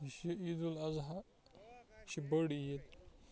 یُس یہِ عیدالاضحیٰ یہِ چھِ بٔڑ عید